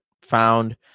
found